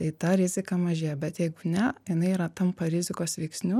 tai ta rizika mažėja bet jeigu ne jinai yra tampa rizikos veiksniu